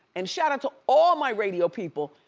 and shout out to all my radio people,